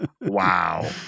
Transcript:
Wow